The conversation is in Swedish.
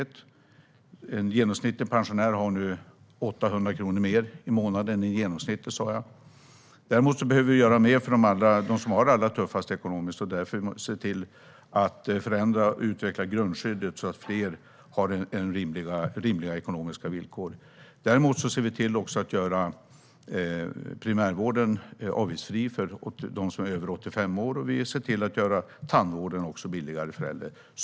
En genomsnittlig pensionär har nu 800 kronor mer i månaden. Däremot måste mer göras för dem som har det tuffast ekonomiskt. Därför måste grundskyddet förändras och utvecklas så att fler har rimliga ekonomiska villkor. Primärvården är nu avgiftsfri för dem som är över 85 år. Tandvården är också billigare för äldre.